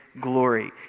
glory